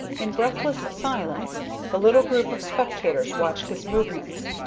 in breathless silence the little group of spectators watched his movements,